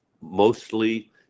mostly